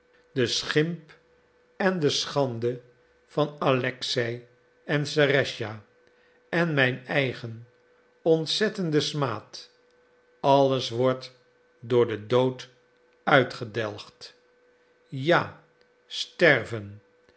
de schimp en de schande van alexei en serëscha en mijn eigen ontzettende smaad alles wordt door den dood uitgedelgd ja sterven